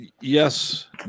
yes